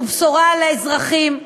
הוא בשורה לאזרחים,